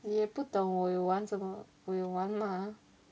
你也不懂我有玩什么我有玩吗